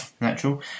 natural